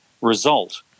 result